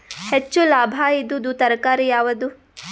ಹೆಚ್ಚು ಲಾಭಾಯಿದುದು ತರಕಾರಿ ಯಾವಾದು?